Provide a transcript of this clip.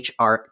HR